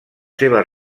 seves